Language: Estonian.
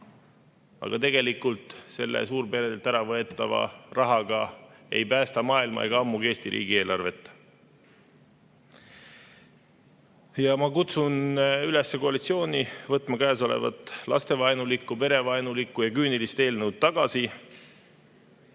aga tegelikult selle suurperedelt äravõetava rahaga ei päästa maailma ega ammugi Eesti riigieelarvet. Ma kutsun üles koalitsiooni võtma käesolev lastevaenulik, perevaenulik ja küüniline eelnõu tagasi.